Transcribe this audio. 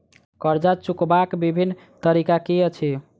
कर्जा चुकबाक बिभिन्न तरीका की अछि?